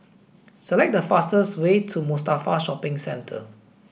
select the fastest way to Mustafa Shopping Centre